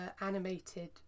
animated